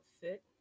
fit